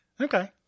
Okay